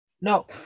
no